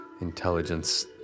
intelligence